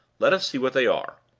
let us see what they are.